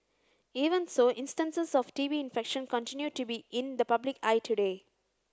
even so instances of T B infection continue to be in the public eye today